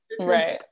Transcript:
right